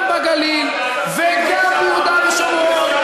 וגם בגליל וגם ביהודה ושומרון,